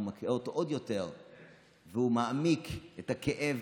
הוא מחדד אותו עוד יותר והוא מעמיק את הכאב,